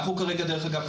אנחנו כרגע דרך אגב,